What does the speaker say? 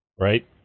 right